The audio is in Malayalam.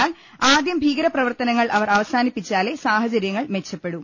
എന്നാൽ ആദ്യം ഭീകര പ്രവർത്തനങ്ങൾ അവർ അവസാനിപ്പി ച്ചാലേ സാഹചര്യങ്ങൾ മെച്ചപ്പെടൂ